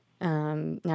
now